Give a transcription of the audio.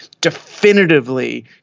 definitively